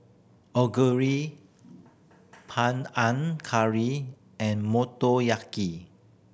Onigiri Curry and Motoyaki